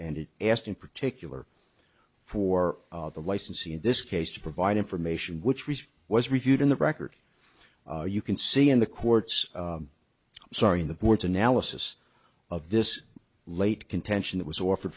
and it asked in particular for the licensee in this case to provide information which was reviewed in the record you can see in the court's sorry in the board's analysis of this late contention that was offered